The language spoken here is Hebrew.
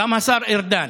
גם השר ארדן.